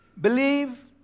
believe